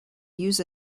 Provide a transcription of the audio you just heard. use